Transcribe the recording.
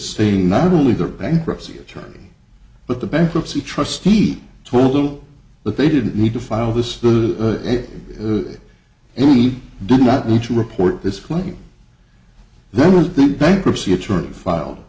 saying not only their bankruptcy attorney but the bankruptcy trustee he told them that they didn't need to file this the only did not need to report this claim then the bankruptcy attorney filed